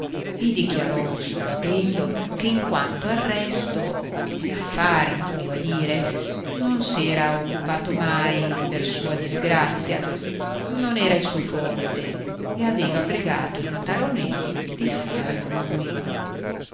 e dichiarò sorridendo che quanto al resto d'affari voleva dire non se n'era occupato mai per sua disgrazia non era il suo forte e aveva pregato il notaro neri di far lui